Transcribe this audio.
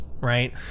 right